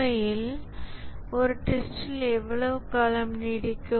உண்மையில் ஒரு டெஸ்டிங் எவ்வளவு காலம் நீடிக்கும்